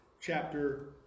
chapter